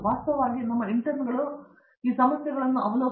ವಾಸ್ತವವಾಗಿ ನಮ್ಮ ಇಂಟರ್ನಿಗಳು ಈ ಸಮಸ್ಯೆಗಳನ್ನು ನೋಡಿಕೊಳ್ಳಲು ಸಮರ್ಥರಾಗಬೇಕು